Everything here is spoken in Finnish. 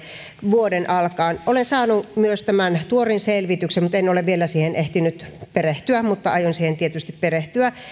vuoden alkaa olen saanut myös tämän tuorin selvityksen mutta en ole vielä siihen ehtinyt perehtyä mutta aion siihen tietysti perehtyä